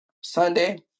Sunday